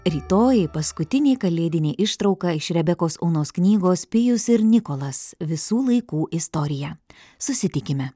rytoj paskutinė kalėdinė ištrauka iš rebekos onos knygos pijus ir nikolas visų laikų istorija susitikime